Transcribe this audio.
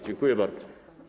Dziękuję bardzo.